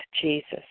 Jesus